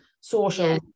social